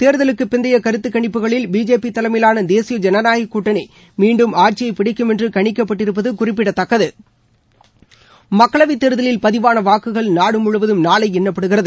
தேர்தலுக்கு பிந்தைய கருத்துக்கணிப்புகளில் பிஜேபி தலைமையிலாள தேசிய ஜனநாயகக் கூட்டணி மீண்டும் ஆட்சியை பிடிக்கும் என்று கணிக்கப்பட்டிருப்பது குறிப்பிடத்தக்கது மக்களவை தேர்தலில் பதிவான வாக்குகள் நாடு முழுவதும் நாளை எண்ணப்படுகிறது